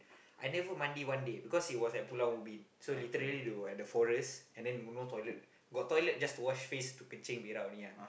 I never mandi one day because it was at Pulau-Ubin so literally they were at the forest and then got no toilet got toilet just to wash face to kencing berak only ah